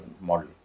model